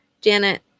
Janet